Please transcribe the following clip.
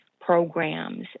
programs